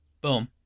boom